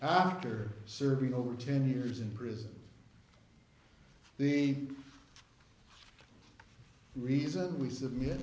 after serving over ten years in prison the reason we submit